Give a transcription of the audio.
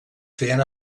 feien